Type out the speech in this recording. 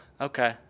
Okay